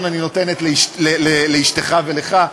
אנחנו הולכים אישית להגיע לכל ניצול שואה הביתה,